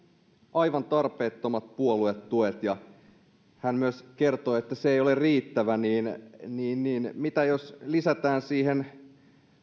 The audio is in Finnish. aivan tarpeettomat puoluetuet koska hän myös kertoi että se ei ole riittävä niin niin mitä jos lisätään siihen